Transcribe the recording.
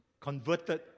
converted